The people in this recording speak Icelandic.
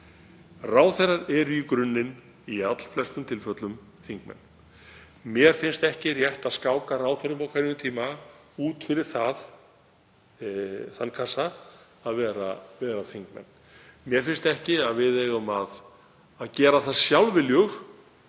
Ráðherrar eru í grunninn, í allflestum tilfellum, þingmenn. Mér finnst ekki rétt að skáka ráðherrum á hverjum tíma út fyrir þann kassa að vera þingmenn. Mér finnst ekki að við eigum að gera það sjálfviljug